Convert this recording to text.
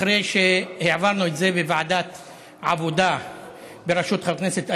אחרי שהעברנו את זה בוועדת העבודה בראשות חבר הכנסת אלאלוף,